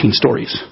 stories